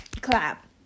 clap